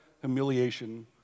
humiliation